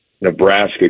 nebraska